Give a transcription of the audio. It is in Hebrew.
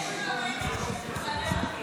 נתקבל.